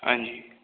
ਹਾਂਜੀ